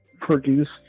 Produced